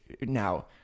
now